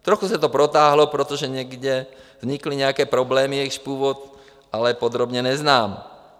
Trochu se to protáhlo, protože někde vznikly nějaké problémy, jejichž původ ale podrobně neznám.